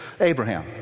Abraham